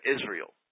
Israel